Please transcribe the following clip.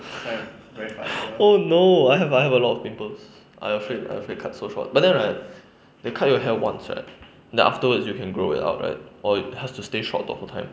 oh no I've I've alot of pimples I afraid I afraid cut so short but then right they cut your hair once right then afterwards you can grow it out right or have to stay short the whole time